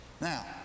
Now